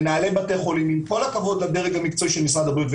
מנהלי בתי חולים עם כל הכבוד לדרג המקצועי של משרד הבריאות,